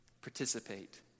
participate